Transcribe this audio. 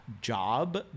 job